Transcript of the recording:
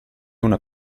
una